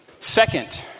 Second